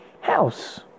House